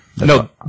No